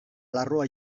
larrua